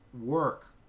work